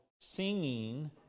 singing